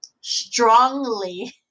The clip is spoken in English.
strongly